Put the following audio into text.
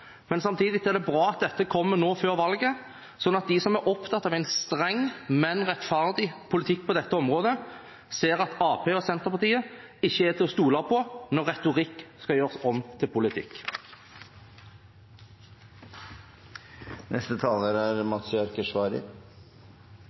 men samtidig er det bra at dette kommer nå før valget, sånn at de som er opptatt av en streng, men rettferdig politikk på dette området, ser at Arbeiderpartiet og Senterpartiet ikke er til å stole på når retorikk skal gjøres om til politikk. Jeg synes det er